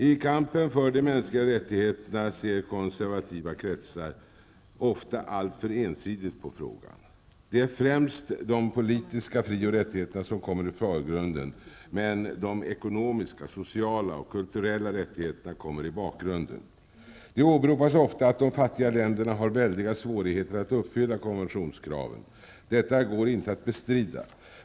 I kampen för de mänskliga rättigheterna ser konservativa kretsar ofta alltför ensidigt på frågan. Det är främst de politiska fri och rättigheterna som kommer i förgrunden, medan de ekonomiska, sociala och kulturella rättigheterna kommer i bakgrunden. Det åberopas ofta att de fattiga länderna har väldiga svårigheter att uppfylla konventionskraven. Detta går inte att bestrida.